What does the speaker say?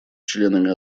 членами